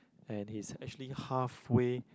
and he's actually half way